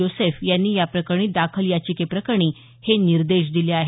Joseph यांनी या प्रकरणी दाखल याचिके प्रकरणी हे निर्देश दिले आहेत